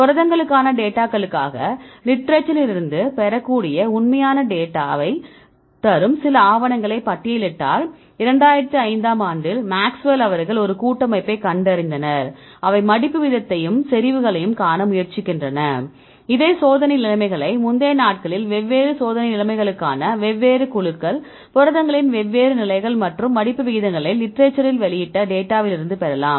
புரதங்களுக்கான டேட்டாகளுக்காக லிட்டரேச்சரிலிருந்து பெறக்கூடிய உண்மையான டேட்டாவை தரும் சில ஆவணங்களை பட்டியலிட்டால் 2005 ஆம் ஆண்டில் மேக்ஸ்வெல்Maxwell's அவர்கள் ஒரு கூட்டமைப்பைக் கண்டறிந்தனர் அவை மடிப்பு வீதத்தையும் செறிவுகளையும் காண முயற்சிக்கின்றன இதே சோதனை நிலைமைகளை முந்தைய நாட்களில் வெவ்வேறு சோதனை நிலைமைகளுக்கான வெவ்வேறு குழுக்கள் புரதங்களின் வெவ்வேறு நிலைகள் மற்றும் மடிப்பு விகிதங்களை லிட்டரேச்சரில் வெளியிட்ட டேட்டாவில் இருந்து பெறலாம்